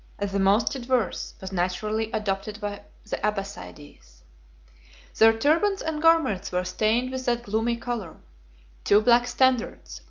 as the most adverse, was naturally adopted by the abbassides. their turbans and garments were stained with that gloomy color two black standards,